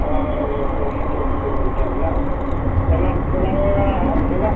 औ सौ मा दो किलो मिलता है न केला केला वही वाला है केला